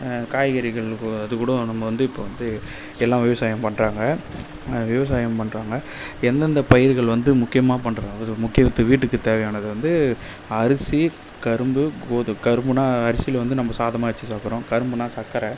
காய்கறிகள் கூ அதுக்கூடம் நம்ம வந்து இப்ப வந்து எல்லாம் விவசாயம் பண்ணுறாங்க விவசாயம் பண்ணுறாங்க எந்தெந்த பயிர்கள் வந்து முக்கியமாக பண்ணுற இது அதாவது முக்கியத்து வீட்டுக்குத் தேவையானது வந்து அரிசி கரும்பு கோது கரும்புன்னா அரிசியில் வந்து நம்ப சாதமாக வச்சு சாப்புடுறோம் கரும்புனா சக்கரை